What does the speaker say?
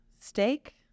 steak